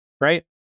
right